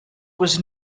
was